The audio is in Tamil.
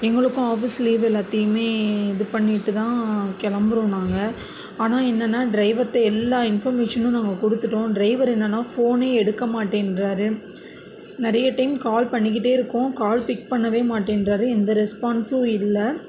எங்களுக்கும் ஆஃபீஸ் லீவ் எல்லாத்தையுமே இது பண்ணிட்டு தான் கிளம்புறோம் நாங்கள் ஆனால் என்னனால் டிரைவர்கிட்ட எல்லா இன்ஃபர்மேஷனும் நாங்கள் கொடுத்துட்டோம் டிரைவர் என்னனால் ஃபோனே எடுக்க மாட்டேன்கிறாரு நிறைய டைம் கால் பண்ணிகிட்டே இருக்கோம் கால் பிக் பண்ணவே மாட்டேன்கிறாரு எந்த ரெஸ்பான்ஸும் இல்லை